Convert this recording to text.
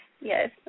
Yes